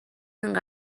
این